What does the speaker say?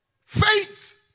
faith